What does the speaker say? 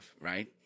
right